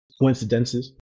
coincidences